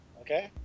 Okay